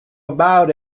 about